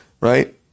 right